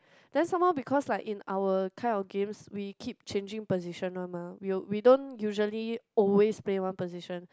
then some more because like in our kind of games we keep changing position one mah we will we don't usually always play one position